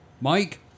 Mike